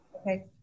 Okay